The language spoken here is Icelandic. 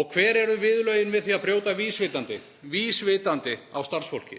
Og hver eru viðurlögin við því að brjóta vísvitandi — vísvitandi á starfsfólki?